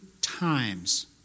times